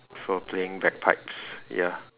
for playing bagpipes ya